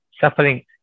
suffering